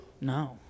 No